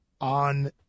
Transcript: on